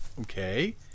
okay